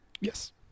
Yes